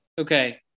Okay